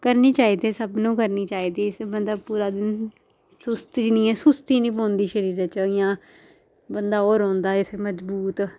करनी चाहिदी सबनुं करनी चाहिदी बंदा पूरा दिन सुस्ती नी सुस्ती नी ऐ पौंदी शरीर च इ'यां बंदा ओह् रौंह्दा मजबूत